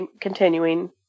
continuing